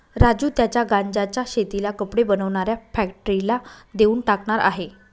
राजू त्याच्या गांज्याच्या शेतीला कपडे बनवणाऱ्या फॅक्टरीला देऊन टाकणार आहे